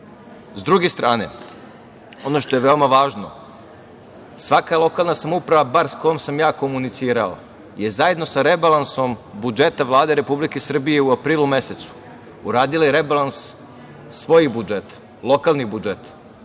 druge strane, ono što je veoma važno, svaka lokalna samouprava bar s kojom sam ja komunicirao je zajedno sa rebalansom budžeta Vlade Republike Srbije u aprilu mesecu uradila i rebalans svojih budžeta, lokalnih budžeta,